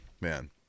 man